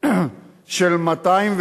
של 210,